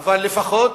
אבל לפחות,